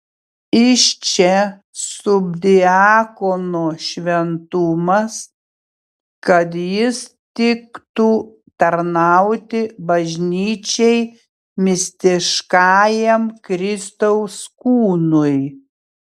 iš čia subdiakono šventumas kad jis tiktų tarnauti bažnyčiai mistiškajam kristaus kūnui